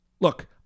Look